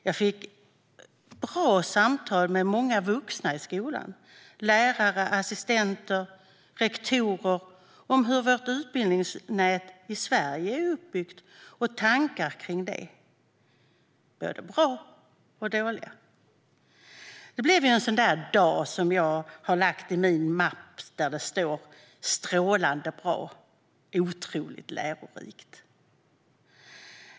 Jag fick bra samtal med många vuxna i skolan, lärare, assistenter och rektorer, om hur vårt utbildningsnät i Sverige är uppbyggt och tankar kring det - både bra och dåliga. Det blev en sådan där dag som jag har lagt i min mapp där det står Strålande, bra och otroligt lärorikt.